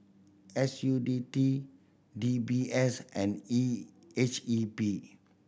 S U T D D B S and E H E B